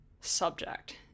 subject